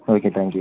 okay thank you